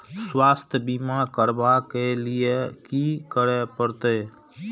स्वास्थ्य बीमा करबाब के लीये की करै परतै?